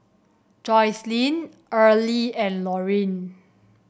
Joycelyn Earlie and Lorine